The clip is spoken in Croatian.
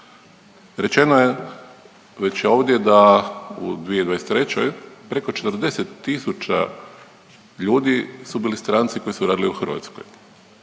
Rečeno je već ovdje da u 2023. preko 40 tisuća ljudi su bili stranci koji su radili u Hrvatskoj,